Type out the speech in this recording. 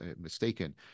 mistaken